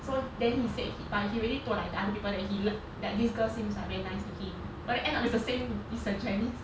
so then he said he but he really told like the other people that he li~ that this girl seems like very nice to him but the end up is the same is a chinese